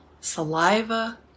saliva